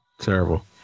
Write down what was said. Terrible